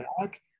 back